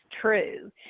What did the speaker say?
true